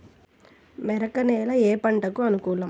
మెరక నేల ఏ పంటకు అనుకూలం?